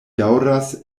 daŭras